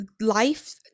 life